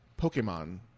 Pokemon